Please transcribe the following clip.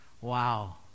Wow